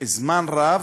זמן רב,